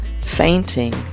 fainting